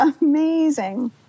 amazing